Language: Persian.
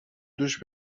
دوش